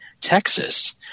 Texas